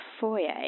foyer